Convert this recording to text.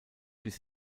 bis